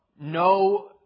no